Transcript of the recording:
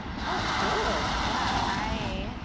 oh, cool. yeah. i, ah,